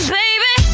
baby